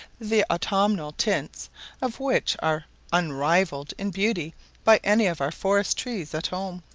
the autumnal tints of which are unrivalled in beauty by any of our forest trees at home.